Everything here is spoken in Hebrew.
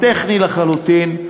טכני לחלוטין.